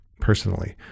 personally